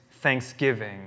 thanksgiving